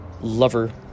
lover